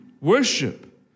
worship